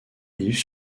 livres